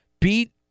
beat